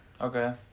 Okay